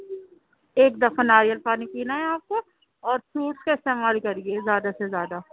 ایک دفعہ ناریل پانی پینا ہے آپ کو اور فروٹس کا استعمال کریے زیادہ سے زیادہ